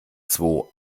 zwo